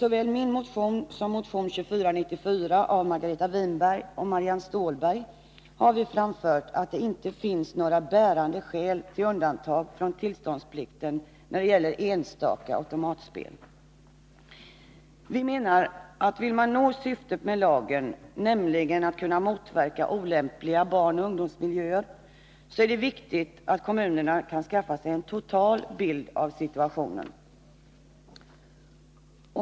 Såväl i den motionen som i motion 2494 av Margareta Lördagen den Winberg och Marianne Stålberg framförs att det inte finns några bärande skäl 12 juni 1982 för undantag från tillståndsplikten när det gäller enstaka automatspel. Vi menar att om man vill nå syftet med lagen, nämligen att kunna Kontroll över motverka olämpliga barnoch ungdomsmiljöer, är det viktigt att kommun = visst automatspel erna kan skaffa sig en total bild av situationen.